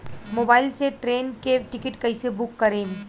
Mobile से train के ticket कैसे बूक करेम?